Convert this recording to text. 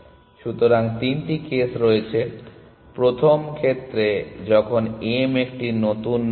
সুতরাং তিনটি কেস রয়েছে প্রথম ক্ষেত্রে যখন m একটি নতুন নোড